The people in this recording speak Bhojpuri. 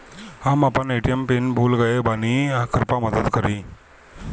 हम अपन ए.टी.एम पिन भूल गएल बानी, कृपया मदद करीं